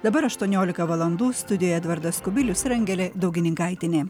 dabar aštuoniolika valandų studijoje edvardas kubilius ir angelė daugininkaitienė